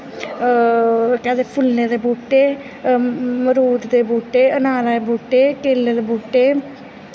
केह् आखदे फुल्लें दे बूह्टे मरूद दे बूह्टे अनार दे बूह्टे केलें दे बूह्टे